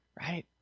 right